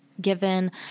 given